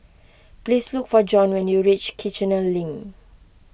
please look for Jon when you reach Kiichener Link